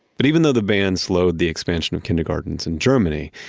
but even though the ban slowed the expansion of kindergartens in germany,